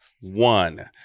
one